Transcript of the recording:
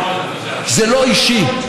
זה לא אישי.